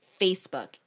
facebook